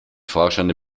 fahrscheine